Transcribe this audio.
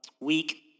week